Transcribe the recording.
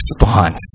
response